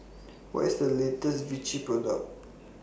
What IS The latest Vichy Product